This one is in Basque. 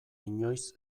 inoiz